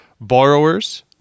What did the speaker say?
borrowers